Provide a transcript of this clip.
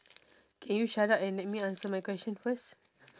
can you shut up and let me answer my question first